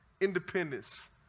independence